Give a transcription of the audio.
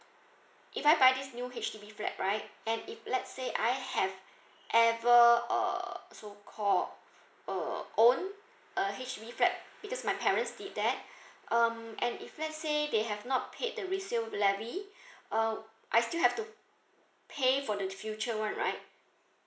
if I buy this new H_D_B flat right and if let's say I have ever uh so called uh own a H_D_B fat because my parents did that um and if let's say they have not paid the resale levy um I still have to pay for the future one right